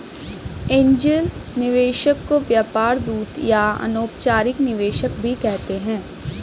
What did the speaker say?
angel निवेशक को व्यापार दूत या अनौपचारिक निवेशक भी कहते हैं